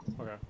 Okay